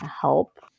help